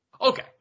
Okay